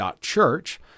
Church